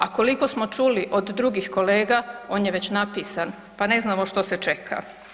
A koliko smo čuli od drugih kolega on je već napisan, pa ne znamo što se čeka?